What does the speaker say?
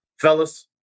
Fellas